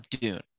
Dune